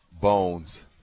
Bones